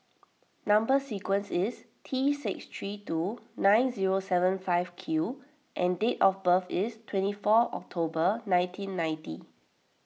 Number Sequence is T six three two nine zero seven five Q and date of birth is twenty four October nineteen ninety